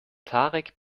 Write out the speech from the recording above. tarek